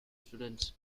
students